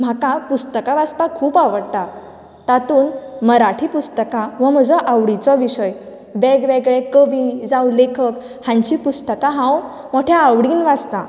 म्हाका पुस्तकां वाचपाक खूब आवडटा तातूंन मराठी पुस्तकां हो म्हजो आवडीचो विशय वेगवेगळे कवी जावं लेखक हांचीं पुस्तकां हांव मोट्या आवडीन वाचतां